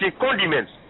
condiments